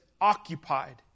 Occupied